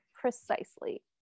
precisely